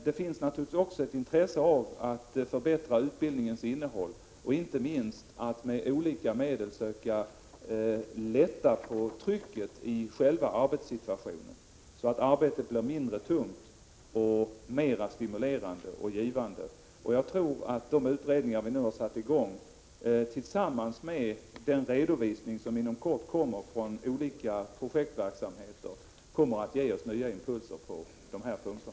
Det finns naturligtvis också ett intresse av att förbättra utbildningens innehåll och inte minst att med alla medel söka lätta på trycket i själva arbetssituationen, så att arbetet blir mindre tungt och mera stimulerande och givande. Jag tror att de utredningar vi nu har satt i gång tillsammans med den redovisning som inom kort kommer från olika projektverksamheter kommer att ge nya impulser på dessa punkter.